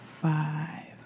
five